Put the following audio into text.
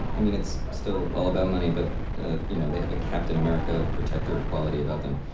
i mean, it's still all about money but you know they have a captain america protector quality about them.